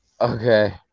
Okay